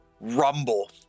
rumble